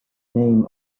name